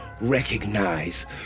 recognize